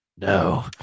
No